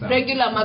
Regular